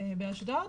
באשדוד,